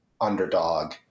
underdog